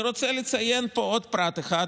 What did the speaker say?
אני רוצה לציין פה עוד פרט אחד,